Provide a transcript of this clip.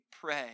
pray